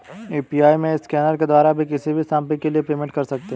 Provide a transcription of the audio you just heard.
UPI में scanner के द्वारा भी किसी भी शॉपिंग के लिए पेमेंट कर सकते है